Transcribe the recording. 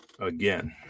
again